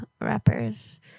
rappers